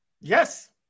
Yes